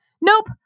Nope